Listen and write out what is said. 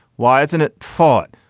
why isn't it ford?